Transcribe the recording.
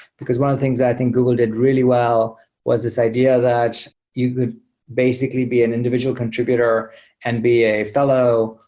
because one of things i think google did really well was this idea that you would basically be an individual contributor and be a fellow,